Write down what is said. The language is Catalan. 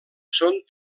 són